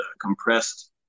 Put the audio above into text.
compressed